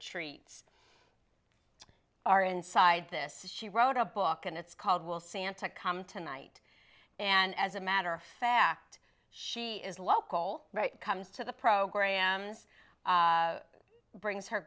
treats are inside this she wrote a book and it's called will santa come tonight and as a matter of fact she is local right comes to the programs brings her